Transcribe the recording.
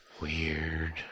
Weird